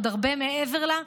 עוד הרבה מעבר לה,